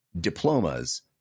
Diplomas